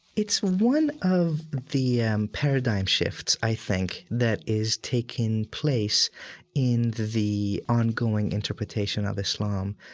it's one of the and paradigm shifts, i think, that is taking place in the ongoing interpretation of islam.